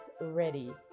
ready